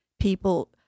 people